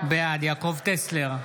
בעד יעקב טסלר,